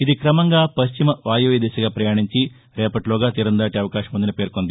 ఇది క్రమంగా పశ్చిమ వాయవ్య దిశగా ప్రయాణించి రేపటి లోగా తీరం దాటే అవకాశముందని పేర్కొంది